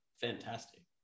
Fantastic